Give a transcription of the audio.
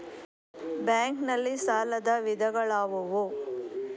Bank ನಲ್ಲಿ ಸಾಲದ ವಿಧಗಳಾವುವು?